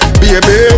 baby